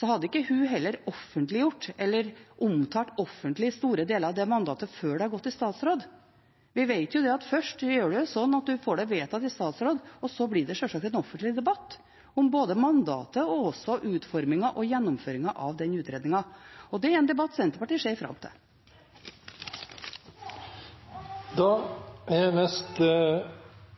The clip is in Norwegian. hadde heller ikke hun offentliggjort eller omtalt offentlig store deler av det mandatet før det har gått til statsråd. Vi vet jo at først får man det vedtatt i statsråd, og så blir det sjølsagt en offentlig debatt om både mandatet og også utformingen og gjennomføringen av den utredningen. Det er en debatt Senterpartiet ser fram